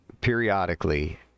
periodically